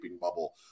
bubble